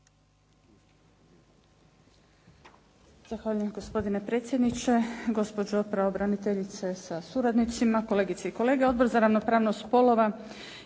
Zahvaljujem. Gospodine predsjedniče, gospođo pravobraniteljice sa suradnicima, kolegice i kolege. Odbor za ravnopravnost spolova